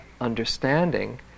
understanding